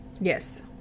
Yes